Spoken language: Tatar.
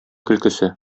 көлкесе